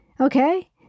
Okay